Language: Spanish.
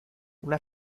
una